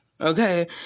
okay